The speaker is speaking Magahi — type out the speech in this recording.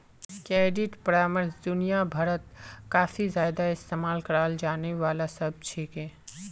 क्रेडिट परामर्श दुनिया भरत काफी ज्यादा इस्तेमाल कराल जाने वाला शब्द छिके